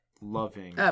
loving